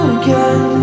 again